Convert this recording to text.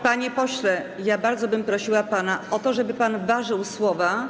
Panie pośle, ja bardzo bym prosiła pana o to, żeby pan ważył słowa.